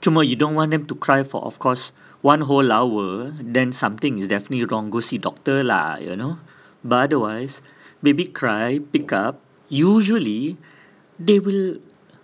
cuma you don't want them to cry for of course one whole hour then something is definitely wrong go see doctor lah you know but otherwise baby cry pickup usually they will